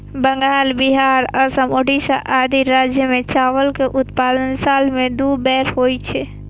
बंगाल, बिहार, असम, ओड़िशा आदि राज्य मे चावल के उत्पादन साल मे दू बेर होइ छै